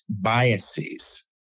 biases